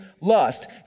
lust